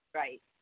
right